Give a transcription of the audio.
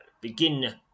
Begin